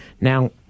Now